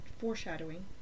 foreshadowing